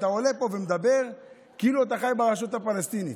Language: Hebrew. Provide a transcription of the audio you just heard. אתה עולה ומדבר כאילו אתה חי ברשות הפלסטינית,